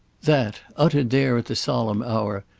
that, uttered there at the solemn hour,